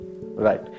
Right